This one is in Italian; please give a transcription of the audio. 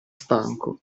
stanco